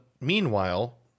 meanwhile